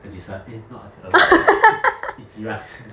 aijsen eh not aji~ err ichiran